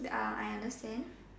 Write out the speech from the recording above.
uh I understand